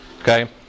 Okay